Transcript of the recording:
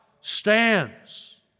stands